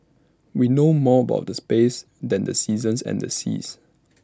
we know more about the space than the seasons and the seas